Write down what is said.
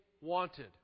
wanted